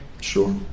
Sure